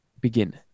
begin